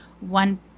one